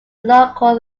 local